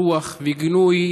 הפרו,